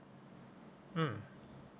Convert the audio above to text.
mm